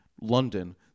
London